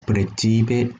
precipe